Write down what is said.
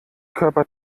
körper